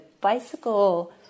bicycle